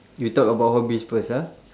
we talk about hobbies first ah